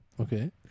Okay